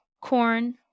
corn